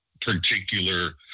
particular